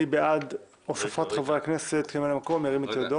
מי בעד הוספת חברי הכנסת כממלאי מקום ירים את ידו?